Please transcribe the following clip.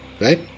Right